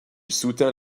soutint